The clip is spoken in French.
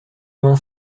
vingt